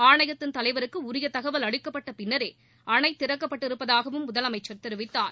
ஆணையத்தின் தலைவருக்கு உரிய தகவல் அளிக்கப்பட்ட பின்னரே அணை திறக்கப்பட்டிருப்பதாகவும் முதலமைச்சர் தெரிவித்தார்